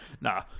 nah